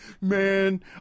Man